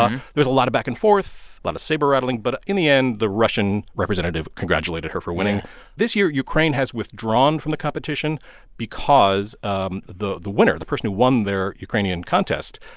um there's a lot of back-and-forth, a lot of saber rattling. but in the end, the russian representative congratulated her for winning this year, ukraine has withdrawn from the competition because um the the winner, the person who won their ukrainian contest,